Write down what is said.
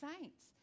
saints